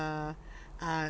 uh